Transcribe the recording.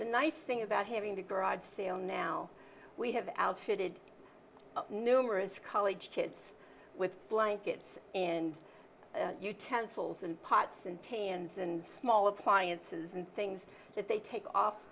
the nice thing about having the garage sale now we have outfitted numerous college kids with blankets in utensils and pots and pans and small appliances and things that they take off